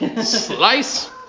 Slice